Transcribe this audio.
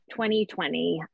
2020